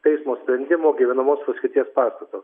teismo sprendimo gyvenamos paskirties pastato